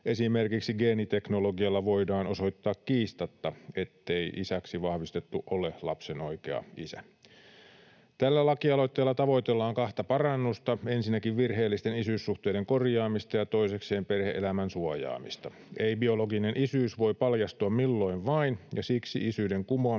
esimerkiksi geeniteknologialla voidaan osoittaa kiistatta, ettei isäksi vahvistettu ole lapsen oikea isä. Tällä lakialoitteella tavoitellaan kahta parannusta: ensinnäkin virheellisten isyyssuhteiden korjaamista ja toisekseen perhe-elämän suojaamista. Ei-biologinen isyys voi paljastua milloin vain, ja siksi isyyden kumoamisen